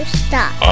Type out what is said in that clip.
stop